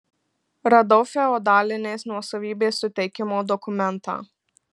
radau feodalinės nuosavybės suteikimo dokumentą